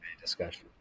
discussion